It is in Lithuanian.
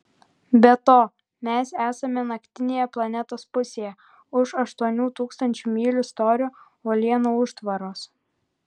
be to mes esame naktinėje planetos pusėje už aštuonių tūkstančių mylių storio uolienų užtvaros